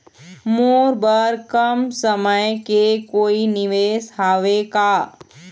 मोर बर कम समय के कोई निवेश हावे का?